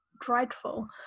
dreadful